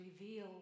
reveal